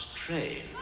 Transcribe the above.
train